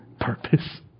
purpose